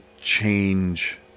change